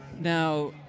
Now